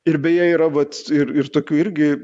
ir beje yra vat ir ir tokių irgi